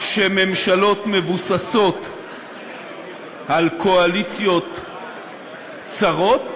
שממשלה מבוססת על קואליציה צרה,